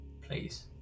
please